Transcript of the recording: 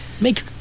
make